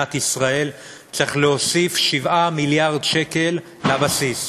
במדינת ישראל צריך להוסיף 7 מיליארד שקל בבסיס.